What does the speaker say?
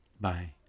Bye